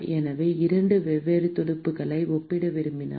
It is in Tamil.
எனவே இரண்டு வெவ்வேறு துடுப்புகளை ஒப்பிட விரும்பினால்